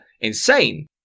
insane